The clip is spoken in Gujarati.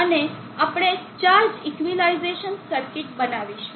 અને આપણે ચાર્જ ઇક્વિલિઝેશન સર્કિટ બનાવીશું